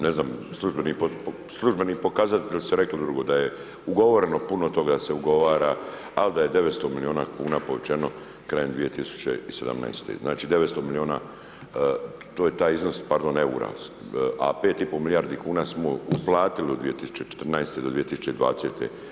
Ne znam službeni pokazatelji su rekli drugo, da je ugovoreno puno toga da se ugovara ali da je 900 milijuna kuna povućeno krajem 2017. znači 900 milijuna to je taj iznos, pardon eura, a 5,5 milijardi kuna smo uplatili u 2014. do 2020.